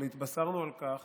אבל התבשרנו על כך